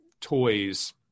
toys